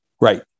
Right